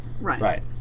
right